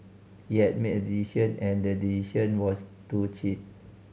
he had made a decision and the decision was to cheat